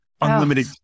unlimited